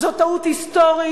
זו טעות היסטורית,